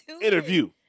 Interview